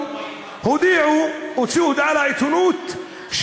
הוציאו הודעה לעיתונות,